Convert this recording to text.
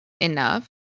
enough